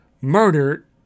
murdered